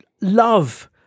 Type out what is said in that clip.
Love